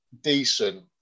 decent